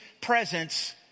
presence